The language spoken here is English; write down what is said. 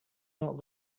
not